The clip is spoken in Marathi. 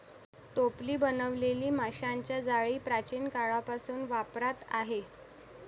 टोपली बनवलेली माशांची जाळी प्राचीन काळापासून वापरात आहे